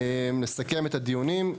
נסכם את הדיונים.